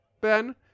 Ben